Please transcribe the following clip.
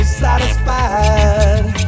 satisfied